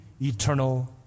eternal